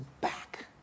back